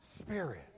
Spirit